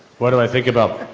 what do i think about.